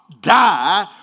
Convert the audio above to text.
die